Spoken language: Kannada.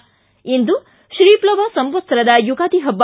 ಿಗಿ ಇಂದು ತ್ರೀ ಫ್ಲವ ಸಂವತ್ಸರದ ಯುಗಾದಿ ಹಬ್ಬ